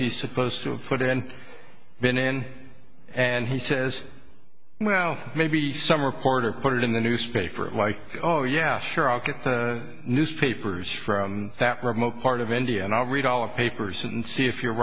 he's supposed to put it in been in and he says well maybe some reporter put it in the newspaper like oh yeah sure i'll get the newspapers from that remote part of india and i'll read all the papers and see if you're